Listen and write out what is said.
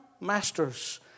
masters